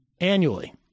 annually